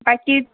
বাকী